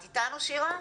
את איתנו שירה?